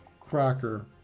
cracker